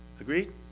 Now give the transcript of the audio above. Agreed